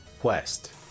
Quest